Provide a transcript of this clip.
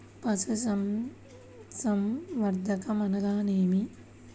పశుసంవర్ధకం అనగా ఏమి?